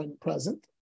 present